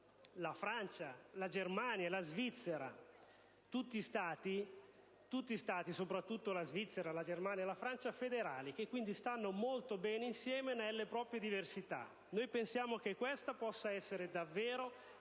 la Francia, la Germania, la Svizzera; tutti Stati, soprattutto questi ultimi, federali, che, quindi, stanno molto bene insieme, nelle proprie diversità. Noi pensiamo che questa possa essere davvero